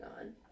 on